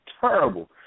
terrible